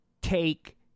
take